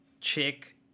chick